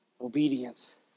Obedience